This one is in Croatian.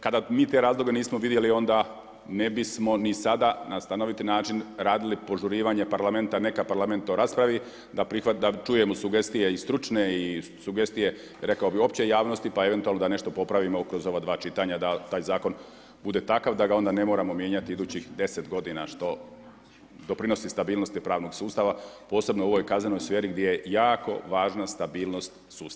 Kada mi te razloge nismo vidjeli onda ne bismo ni sada na stanoviti način radili požurivanje Parlamenta, neka Parlament to raspravi da čujemo sugestije i stručne i sugestije rekao bih opće javnosti pa eventualno da nešto popravimo kroz ova dva čitanja da taj zakon bude takav da ga onda ne moramo mijenjati idućih 10 godina što doprinosi stabilnosti pravnog sustava posebno u ovoj kaznenoj sferi gdje je jako važna stabilnost sustava.